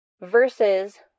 versus